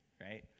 right